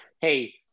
hey